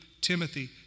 Timothy